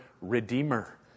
Redeemer